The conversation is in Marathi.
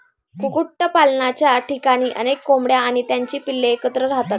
कुक्कुटपालनाच्या ठिकाणी अनेक कोंबड्या आणि त्यांची पिल्ले एकत्र राहतात